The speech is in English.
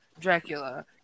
Dracula